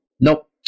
nope